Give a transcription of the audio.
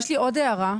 יש לי עוד הערה.